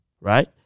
right